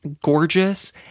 gorgeous